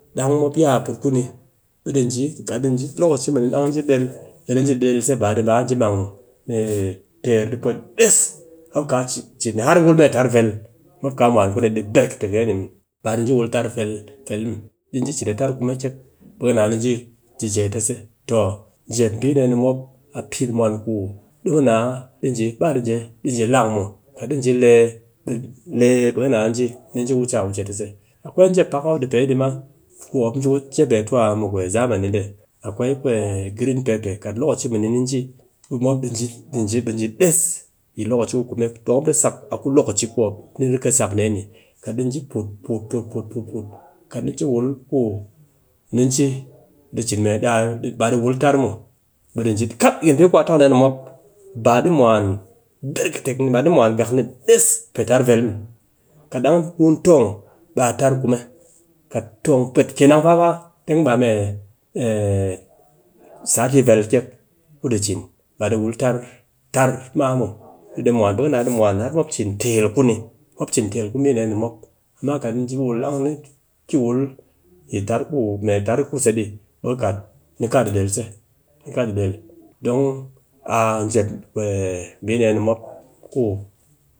Dang mop ya put ku ni ku ɗi ji, lokaci mɨni ɗang ji del ɓe ni del a del se. Ba ɗi mang pe pwet des mop kaa cin ni har wul mee tar vel mop kaa mwan ku ni barkatek de ni muw. Ba di wul tar vel vel muw, di ji ci a tar kume kyek be ka naa ji, ji jee a ni ta se. Toh jep mbi dee ni mop a pinmwan ku du, ku du ku naa di ji, ba di ji lang muw. Di ji le, le ɓe ka naa ni nji wuce, ɓe ni wuce a ni ta se. Akwai jep pak mop di pe ma, ku mop nji ku jep ɓe tu a mɨ zamani dee. Akwai green pepe, kat lokaci mini ji, mop ji ɓe di ji des yi lokaci kumedon mop di sak a ku lokaci ku ku mop ni riga sak dee ni. Kat ɗi ji put, put put put put, kat ni ki wul ku nu ni ji, ɓe di cin mee daa, ba di wultar muw, ɓe di ji kam be di bi a ku tang dee ni mop, ba di mwan barka tek muw, ba di mwan gak ni des pe tar vel muw. Kat dang mun tong ɓe a tar kume, kat tong pwet kenan ma fa, deng muw baa mee sati vel kyek ku di cin, ba di wul tar ma muwbe di mwan, be khi naa di mwanhar mop cin tel ku ni, mop cin tel ku mbi dee ni mop. Amma kat di ji wul, dang ki wul, ki wul mee tarku tse di, ɓe khi kat ni kaa di deltse, ni kaa di del, don a jep mbi dee ni mop ku